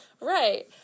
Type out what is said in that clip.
Right